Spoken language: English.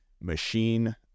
machine